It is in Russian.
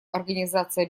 организации